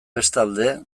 bestalde